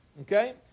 Okay